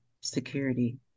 security